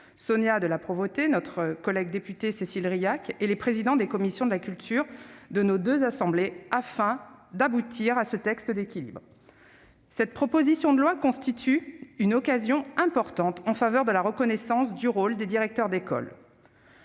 Sonia de La Provôté, notre collègue députée Cécile Rilhac et les présidents des commissions de la culture de nos deux assemblées pour aboutir à ce texte d'équilibre. Cette proposition de loi constitue une occasion importante en faveur de la reconnaissance du rôle des directeurs d'école.